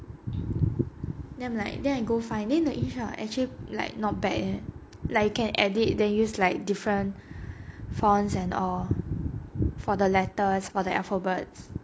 then I'm like then I go find then the inshot actually like not bad leh like can edit then use like different fonts and all for the letters for the alphabets